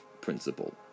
principle